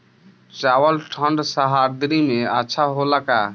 चावल ठंढ सह्याद्री में अच्छा होला का?